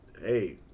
hey